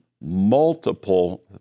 multiple